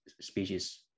species